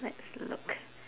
let's look